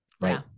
right